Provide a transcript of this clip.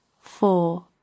Four